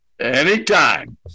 Anytime